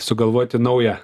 sugalvoti naują